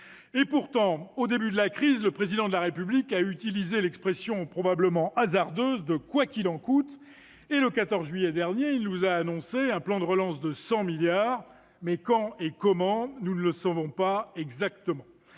! Pourtant, au début de la crise, le Président de la République a utilisé l'expression, probablement hasardeuse, « quoi qu'il en coûte ». Et le 14 juillet dernier, il nous a annoncé un plan de relance de 100 milliards d'euros. Mais quand et comment, nous ne le savons pas exactement.